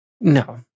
No